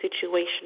situation